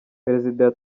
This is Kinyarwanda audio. perezida